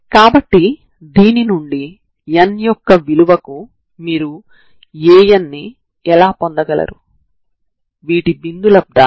కాబట్టి ఇప్పుడు కుడి చేతి వైపున ఉన్న దానిని సమాకలనం చేద్దాం